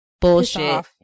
Bullshit